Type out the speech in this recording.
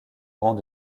rang